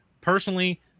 personally